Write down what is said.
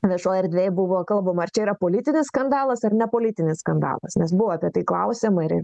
viešoj erdvėj buvo kalbama ar čia yra politinis skandalas ar ne politinis skandalas nes buvo apie tai klausiama ir